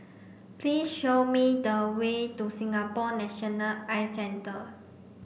please show me the way to Singapore National Eye Centre